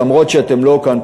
אף שאתם לא כאן,